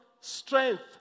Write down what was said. strength